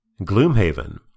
Gloomhaven